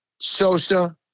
Sosa